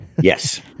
Yes